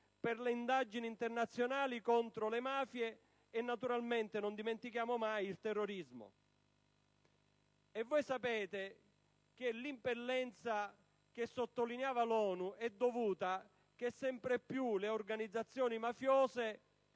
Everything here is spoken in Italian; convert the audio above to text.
per le indagini internazionali contro le mafie e - non dimentichiamolo mai - il terrorismo. Come voi sapete, l'impellenza che sottolineava l'ONU è dovuta al fatto che le organizzazioni mafiose